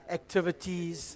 activities